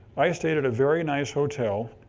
bi stayed at a very nice hotel.